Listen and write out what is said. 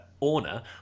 owner